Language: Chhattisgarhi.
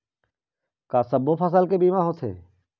का सब्बो फसल के बीमा होथे?